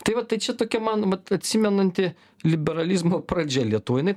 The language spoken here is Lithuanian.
tai va tai čia tokia man vat atsimenanti liberalizmo pradžia lietuvoj jinai